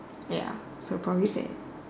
ya so probably that